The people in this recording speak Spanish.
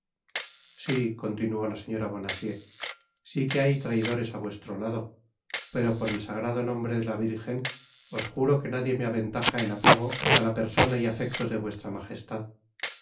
si continuó la señora bonacieux si que hay traidores á vuestro lado pero por el sagrado nombre de la virgen os juro que nadie me aventaja en apego á la persona y afectos de vuestra magestad